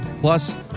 plus